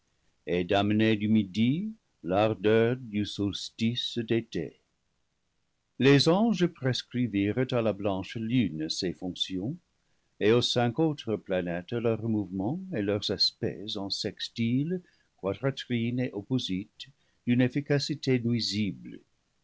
et d'amener du midi l'ardeur du solstice d'été les anges prescrivirent à la blanche lune ses fonctions et aux cinq autres planètes leurs mouvements et leurs aspects en sextile quadrat trine et opposite d'une efficacité nuisible